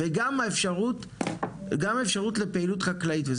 גם עם אפשרות לפעילות חקלאית.